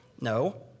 No